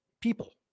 people